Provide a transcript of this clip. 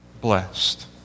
blessed